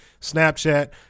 Snapchat